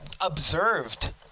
observed